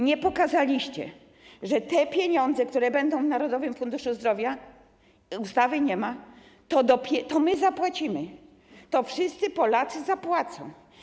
Nie pokazaliście, że jeśli chodzi o te pieniądze, które będą w Narodowym Funduszu Zdrowia, ustawy nie ma, to my zapłacimy, to wszyscy Polacy zapłacą.